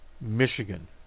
Michigan